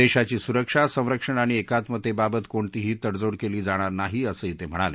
देशाची सुरक्षा संरक्षण आणि एकात्मतेबाबत कोणतीही तडजोड केली जाणार नाही असंही ते म्हणाले